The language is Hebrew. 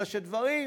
אלא שדברים,